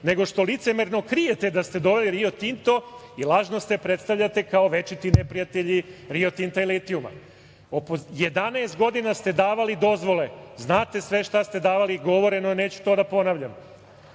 nego što licemerno krijete da ste doveli Rio Tinto i lažno se predstavljate kao večiti neprijatelji Rio Tinta i litijuma. Jedanaest godina ste davali dozvole, znate sve šta ste davali, govoreno je, neću to da ponavljam.